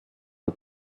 der